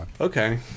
Okay